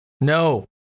No